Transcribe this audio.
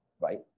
Right